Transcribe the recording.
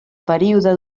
període